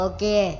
Okay